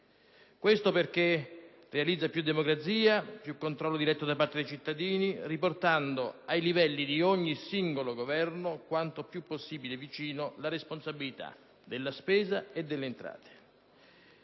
Questo perché realizza più democrazia, più controllo diretto da parte dei cittadini, riportando ai livelli di ogni singolo governo, quanto più possibile, la responsabilità della spesa e dell'entrata.